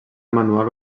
manual